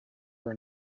were